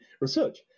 research